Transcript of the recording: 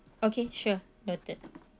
okay sure noted